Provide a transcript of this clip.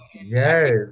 yes